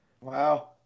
Wow